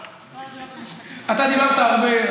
אתה דיברת הרבה,